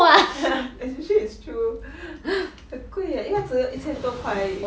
especially is true 很贵 eh 一下子就要一千多块 eh